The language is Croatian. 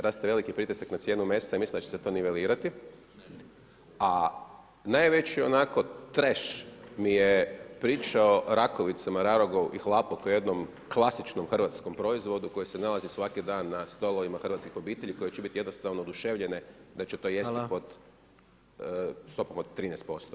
Raste veliki pritisak na cijenu mesa i mislim da će se to nivelirati, a najveći onako trash mi je pričao rakovicama, rarogu i hlapu kao jednom klasičnom hrvatskom proizvodu koji se nalazi svaki dan na stolovima hrvatskih obitelji koje će biti jednostavno oduševljene da će to jesti pod stopom od 13%